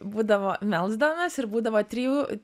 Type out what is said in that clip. būdavo melsdavomės ir būdavo trijų